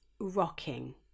rocking